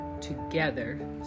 together